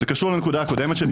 זה קשור לנקודה הקודמת שלי.